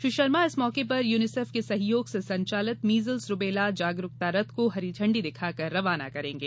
श्री शर्मा इस मौके पर यूनीसेफ के सहयोग से संचालित मीजल्स रूबेला जागरूकता रथ को हरी झण्डी दिखाकर रवाना करेंगे